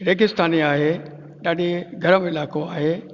रेगिस्तानी आहे ॾाढी गरम इलाइक़ो आहे